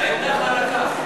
זה אקדח לרקה.